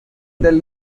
del